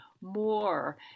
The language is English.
more